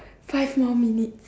five more minutes